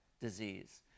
disease